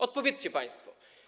Odpowiedzcie państwo.